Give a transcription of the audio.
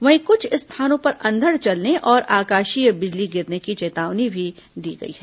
वहीं कुछ स्थानों पर अंधड़ चलने और आकाशीय बिजली गिरने की चेतावनी भी दी गई है